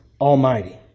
almighty